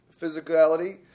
physicality